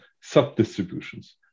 sub-distributions